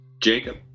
jacob